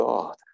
God